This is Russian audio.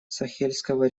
сахельского